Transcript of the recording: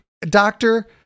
Doctor